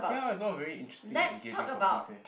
K lah it's all very interesting engaging topics eh